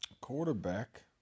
quarterback